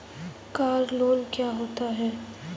Car loan क्या होता है?